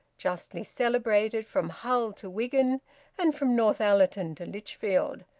justly celebrated from hull to wigan and from northallerton to lichfield,